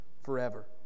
forever